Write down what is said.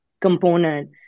component